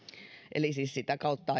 eli siis sitä kautta